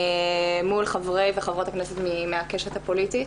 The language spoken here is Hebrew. מול חברי וחברות הכנסת מהקשת הפוליטית,